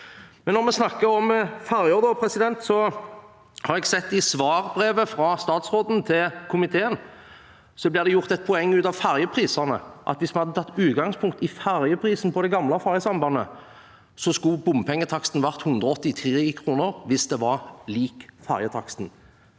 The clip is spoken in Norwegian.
Når vi snakker om ferjer: Jeg har sett i svarbrevet fra statsråden til komiteen at det ble gjort et poeng av ferjeprisene, at hvis man hadde tatt utgangspunkt i ferjeprisen på det gamle ferjesambandet, skulle bompengetaksten vært på 183 kr hvis den var lik ferjetaksten.